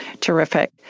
terrific